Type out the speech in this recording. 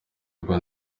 bwo